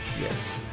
Yes